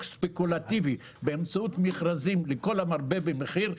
ספקולטיבי באמצעות מכרזים לכל המרבה במחיר.